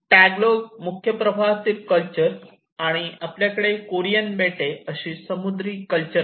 Tagalog मुख्य प्रवाहातील culture आणि आपल्याकडे कोरियन बेटे अशी समुद्री कल्चर आहे